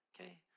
okay